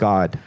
God